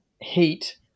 Heat